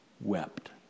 wept